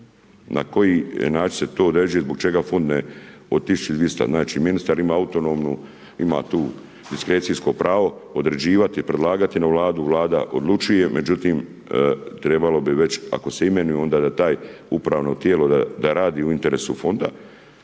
Na koji način se to određuje, zbog čega fond od 1200. Znači ministar ima autonomnu, ima tu diskrecijsko pravo, određivati predlagati na vladu, vlada odlučuje međutim, trebalo bi već, ako se imenuje, onda da taj, upravno tijelo, da radi u interesu fonda.